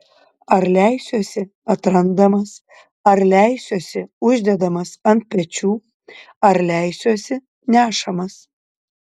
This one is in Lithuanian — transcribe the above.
ar leisiuosi atrandamas ar leisiuosi uždedamas ant pečių ar leisiuosi nešamas